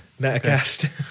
Metacast